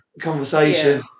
Conversation